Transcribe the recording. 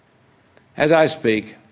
as i speak,